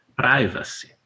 privacy